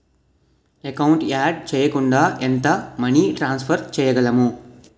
Account add చేయకుండా ఎంత money transfer చేయగలము?